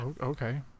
Okay